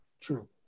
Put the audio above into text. True